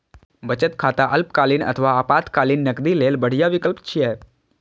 बचत खाता अल्पकालीन अथवा आपातकालीन नकदी लेल बढ़िया विकल्प छियै